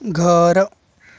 घर